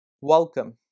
Welcome